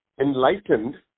enlightened